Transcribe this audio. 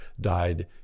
died